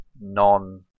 non